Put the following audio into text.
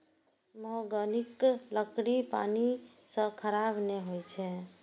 महोगनीक लकड़ी पानि सं खराब नै होइ छै